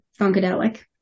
Funkadelic